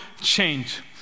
change